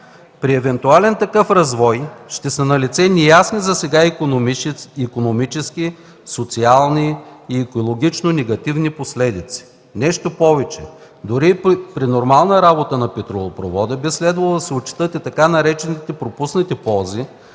При евентуален такъв развой ще са налице неясни засега икономически, социални и екологично негативни последици. Нещо повече, дори при нормална работа на петролопровода би следвало да се отчитат и така наречените „пропуснати ползи”,